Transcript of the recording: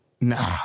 Nah